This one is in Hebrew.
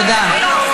תודה.